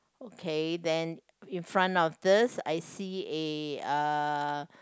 okay then in front of this I see a uh